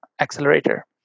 accelerator